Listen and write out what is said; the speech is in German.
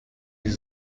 die